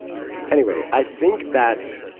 anyway, i think that.